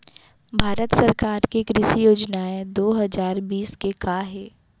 भारत सरकार के कृषि योजनाएं दो हजार बीस के का हे?